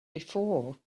before